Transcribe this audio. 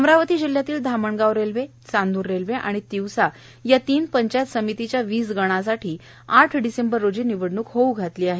अमरावती जिल्ह्यातील Dhamangaon Railway Chandur Railway आणि तिवसा या तीन पंचायत समितीच्या वीस गणासाठी आठ डिसेंबर रोजी निवडणूक होऊ घातली आहे